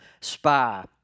Spy